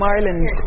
Ireland